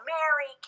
Mary